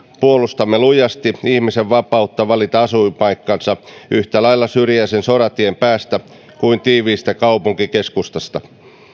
puolustamme lujasti ihmisen vapautta valita asuinpaikkansa yhtä lailla syrjäisen soratien päästä kuin tiiviistä kaupunkikeskustasta